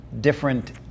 different